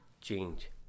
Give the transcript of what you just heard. change